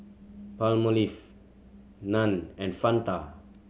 Palmolive Nan and Fanta